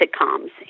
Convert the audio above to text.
sitcoms